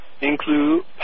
include